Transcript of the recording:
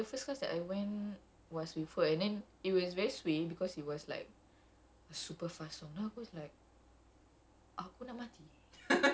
ya so that's how I started lah s~ so the first my first the first class I went was with her and then it was very suay because it was like